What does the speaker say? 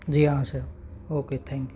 जी हाँ sir okay thank you